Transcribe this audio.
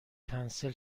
کنسل